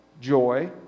joy